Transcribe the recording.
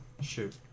Shoot